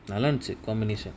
atlantic combination